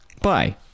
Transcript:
Bye